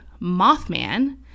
Mothman